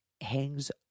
hangs